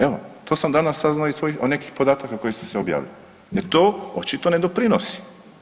Evo to sam danas saznao iz svojih nekih podataka koji su se objavili jer to očito ne doprinosi.